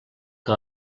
que